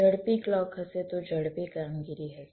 ઝડપી ક્લૉક હશે તો ઝડપી કામગીરી હશે